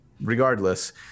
Regardless